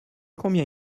combien